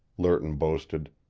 lerton boasted.